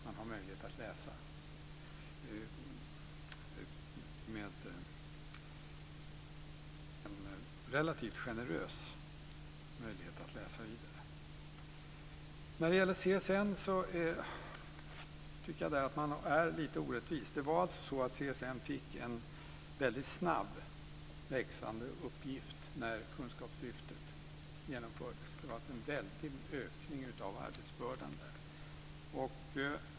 Man har alltså en relativt generös möjlighet att läsa vidare. När det gäller CSN tycker jag att man är lite orättvis. Det var alltså så att CSN fick en väldigt snabbt växande uppgift när Kunskapslyftet genomfördes. Det var en väldig ökning av arbetsbördan där.